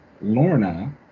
Lorna